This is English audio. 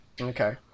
Okay